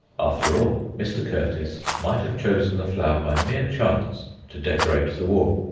after all, mr. curtis might have chosen the flower by mere chance to decorate the wall.